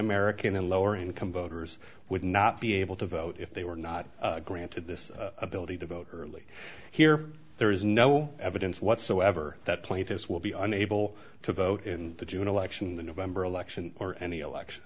american and lower income voters would not be able to vote if they were not granted this ability to vote early here there is no evidence whatsoever that plaintiffs will be unable to vote in the june election in the november election or any election